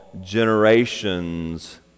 generations